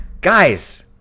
guys